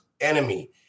enemy